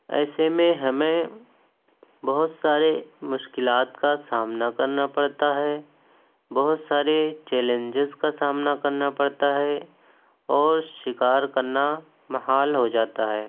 ایسے میں ہمیں بہت سارے مشکلات کا سامنا کرنا پڑتا ہے بہت سارے چیلنجیز کا سامنا کرنا پڑتا ہے اور شکار کرنا محال ہوجاتا ہے